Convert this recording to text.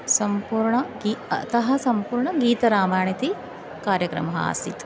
सम्पूर्णं गीतं अतः सम्पूर्णगीतरामायण् इति कार्यक्रमः आसीत्